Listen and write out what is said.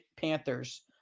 Panthers